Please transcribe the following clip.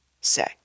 say